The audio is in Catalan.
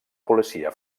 policia